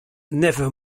never